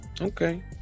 okay